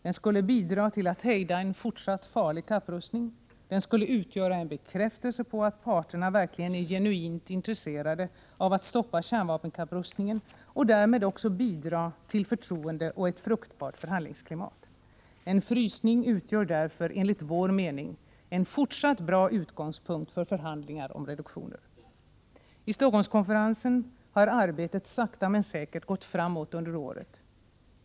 Den skulle kunna bidra till att hejda en fortsatt farlig kapprustning. Den skulle utgöra en bekräftelse på att parterna verkligen är genuint intresserade av att stoppa kärnvapenkapprustningen, och därmed också bidra till förtroende och ett fruktbart förhandlingsklimat. En frysning utgör därför enligt vår mening en fortsatt bra utgångspunkt för förhandlingar om reduktioner. I Stockholmskonferensen har arbetet sakta men säkert gått framåt under året.